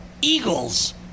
Eagles